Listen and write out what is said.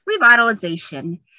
revitalization